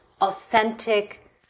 authentic